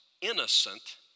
innocent